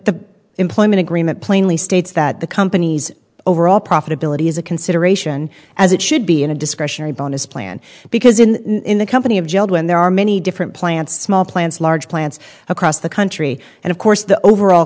the employment agreement plainly states that the company's overall profitability is a consideration as it should be in a discretionary bonus plan because in in the company of jelled when there are many different plants small plants large plants across the country and of course the overall